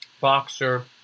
boxer